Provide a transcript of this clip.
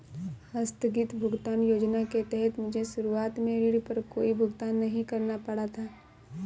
आस्थगित भुगतान योजना के तहत मुझे शुरुआत में ऋण पर कोई भुगतान नहीं करना पड़ा था